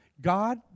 God